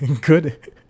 good